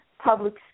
public